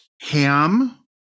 ham